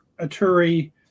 Aturi